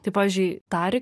tai pavyzdžiui tari